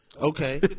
Okay